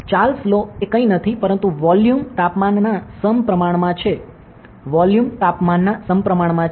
Charles law કંઈ નથી પરંતુ વોલ્યુમ તાપમાનના સમપ્રમાણમાં છે વોલ્યુમ તાપમાનના સમપ્રમાણમાં છે